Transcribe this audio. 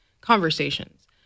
conversations